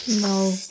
No